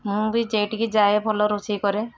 ମୁଁ ବି ଯେଟିକି ଯାଏ ଭଲ ରୋଷେଇ କରେ